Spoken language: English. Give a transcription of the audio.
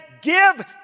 give